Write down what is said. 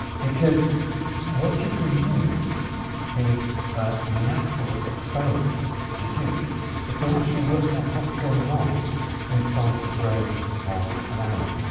because what you can use these natural experiments to do is to actually work out what's going on inside the brain of an animal.